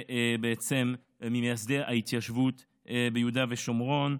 ממייסדי ההתיישבות ביהודה ושומרון.